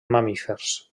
mamífers